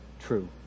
true